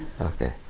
okay